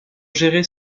gérer